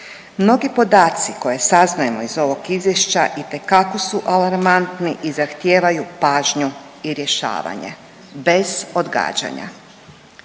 Mnogi podaci koje saznajemo iz ovog izvješća itekako su alarmantni i zahtijevaju pažnju i rješavanje bez odgađanja.